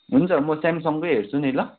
हुन्छ म स्यामसङ्गकै हेर्छु नि ल